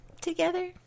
together